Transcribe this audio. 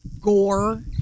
Gore